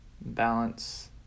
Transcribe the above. balance